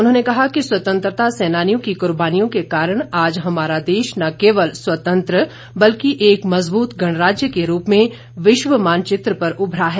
उन्होंने कहा कि स्वतंत्रता सेनानियों की कुर्बानियों के कारण आज हमारा देश न केवल स्वतंत्र बल्कि एक मज़बूत गणराज्य के रूप में विश्व मानचित्र पर उभरा है